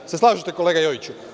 Jel se slažete, kolega Jojiću?